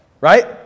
right